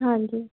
ਹਾਂਜੀ